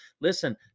Listen